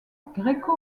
gréco